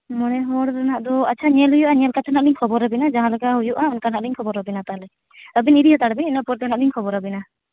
ᱢᱚᱬᱮ ᱦᱚᱲ ᱨᱮᱱᱟᱜ ᱫᱚ ᱟᱪᱪᱷᱟ ᱧᱮᱞ ᱦᱩᱭᱩᱜᱼᱟ ᱧᱮᱞ ᱠᱟᱛᱮᱫ ᱦᱟᱸᱜ ᱞᱤᱧ ᱠᱷᱚᱵᱚᱨᱟᱵᱤᱱᱟ ᱡᱟᱦᱟᱸᱞᱮᱠᱟ ᱦᱩᱭᱩᱜᱼᱟ ᱚᱱᱠᱟ ᱦᱟᱸᱜ ᱞᱤᱧ ᱠᱚᱵᱚᱨᱟᱵᱤᱱᱟ ᱛᱟᱦᱞᱮ ᱟᱹᱵᱤᱱ ᱤᱫᱤ ᱦᱟᱛᱟᱲ ᱵᱤᱱ ᱤᱱᱟᱹ ᱯᱚᱨ ᱫᱚ ᱱᱟᱜ ᱞᱤᱧ ᱠᱷᱚᱵᱚᱨᱟᱵᱤᱱᱟ